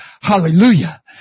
hallelujah